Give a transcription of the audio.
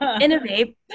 innovate